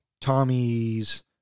Tommy's